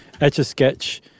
Etch-A-Sketch